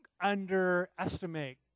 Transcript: underestimate